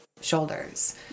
shoulders